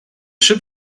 ship